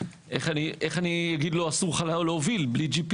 איך אני אגיד לו אסור לך להוביל בלי GPS?